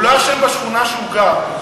הוא לא אשם בשכונה שהוא גר.